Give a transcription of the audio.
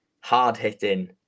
hard-hitting